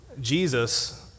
Jesus